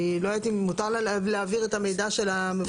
אני לא יודעת אם מותר לה להעביר את המידע של המבוטחים.